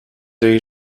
day